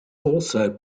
also